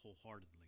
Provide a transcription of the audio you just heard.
wholeheartedly